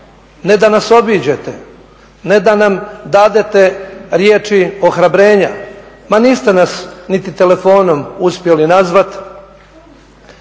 ne da nas obiđete, ne da nam dadete riječi ohrabrenja, ma niste nas niti telefonom uspjeli nazvati,